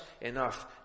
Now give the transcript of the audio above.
enough